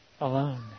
alone